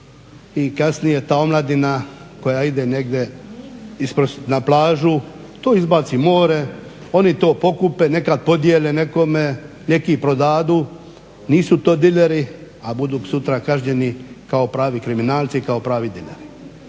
i kasnije ta omladina koja ide negdje na plažu, to izbaci more, oni to pokupe, nekad podjele nekome, neki prodaju, nisu to dileri, a budu sutra kažnjeni kao pravi kriminalci, kao pravi dileri.